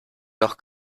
noch